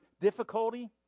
difficulty